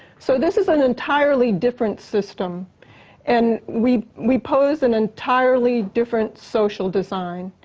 so, this is an entirely different system and we we pose an entirely different social design.